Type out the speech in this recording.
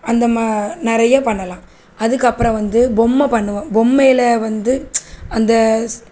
அந்த மா நிறைய பண்ணலாம் அதற்கப்பறம் வந்து பொம்மை பண்ணுவோம் பொம்மையில வந்து அந்த